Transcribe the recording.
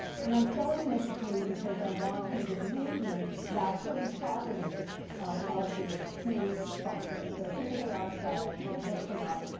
and i'm showing this to you because i want you to believe me about certain properties of these two functions. so here they are solved. you can look them up.